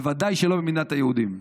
בוודאי לא במדינת היהודים.